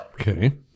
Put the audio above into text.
Okay